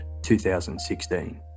2016